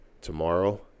tomorrow